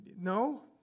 no